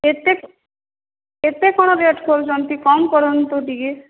ଏତେ ଏତେ କଣ ରେଟ କରୁଚନ୍ତି କମ୍ କରନ୍ତୁ ଟିକିଏ